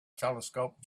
telescope